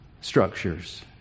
structures